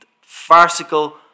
farcical